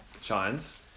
Shines